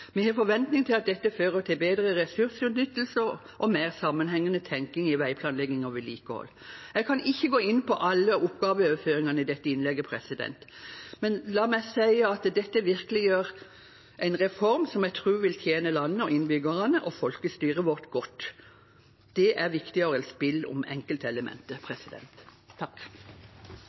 Vi har forventning om at dette fører til bedre ressursutnyttelse og mer sammenhengende tenking i veiplanlegging og vedlikehold. Jeg kan ikke gå inn på alle oppgaveoverføringene i dette innlegget, men la meg si at med dette virkeliggjør vi en reform som jeg tror vil tjene landet, innbyggerne og folkestyret vårt godt. Det er viktigere enn spill om